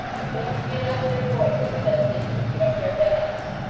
if they could get up their voices as they do get up their backs!